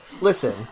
Listen